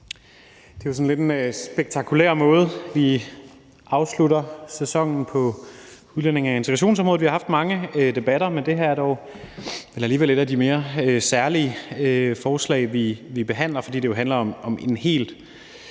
Det er jo sådan lidt en spektakulær måde, vi afslutter sæsonen på udlændinge- og integrationsområdet på. Vi har haft mange debatter, men det her er alligevel et af de mere særlige forslag, vi behandler, fordi det handler om en helt